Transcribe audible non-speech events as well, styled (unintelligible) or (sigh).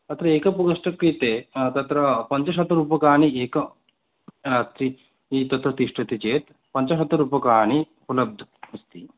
अत्र एकप्रकोष्ठस्य कृते तत्र पञ्यशतं रूप्यकाणि एकः अस्ति तत्र तिष्ठति चेत् पञ्चशतं रूप्यकाणि (unintelligible) अस्ति